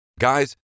Guys